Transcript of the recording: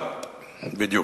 בדיוק,